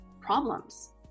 problems